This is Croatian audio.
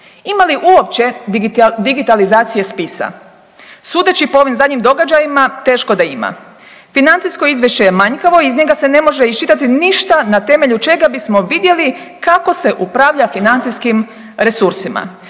Ima li uopće digitalizacije spisa? Sudeći po ovim zadnjim događajima teško da ima. Financijsko izvješće je manjkavo i iz njega se ne može iščitati ništa na temelju čega bismo vidjeli kako se upravlja financijskih resursima.